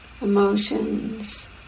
emotions